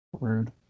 Rude